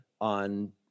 on